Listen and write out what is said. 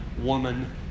woman